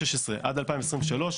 עד 2023,